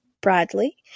Bradley